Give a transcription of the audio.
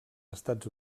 estats